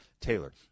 Taylor